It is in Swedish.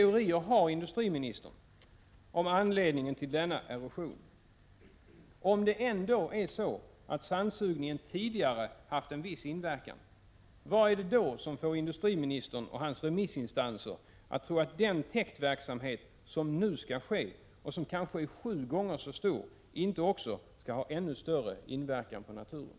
Om det ändå är så att sandsugningen tidigare haft en viss inverkan, vad är det då som får industriministern och hans remissinstanser att tro att inte den täktverksamhet som nu skall ske — och som kanske är sju gånger så stor — skall få en ännu större inverkan på naturen?